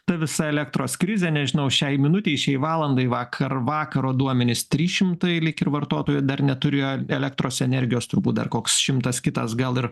ta visa elektros krizė nežinau šiai minutei šiai valandai vakar vakaro duomenys trys šimtai lyg ir vartotojų dar neturėjo elektros energijos turbūt dar koks šimtas kitas gal ir